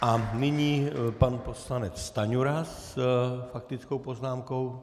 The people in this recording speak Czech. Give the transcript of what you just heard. A nyní pan poslanec Stanjura s faktickou poznámkou.